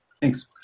thanks